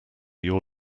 your